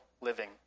living